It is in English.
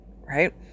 right